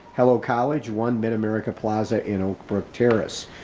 hello college, one minute america plaza in oakbrook terrace.